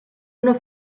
una